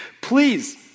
please